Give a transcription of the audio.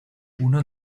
uno